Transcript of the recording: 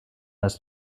als